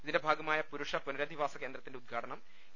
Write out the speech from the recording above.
ഇതിന്റെ ഭാഗമായ പുരുഷ പുനരധിവാസകേന്ദ്രത്തിന്റെ ഉദ്ഘാടനം എ